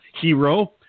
Hero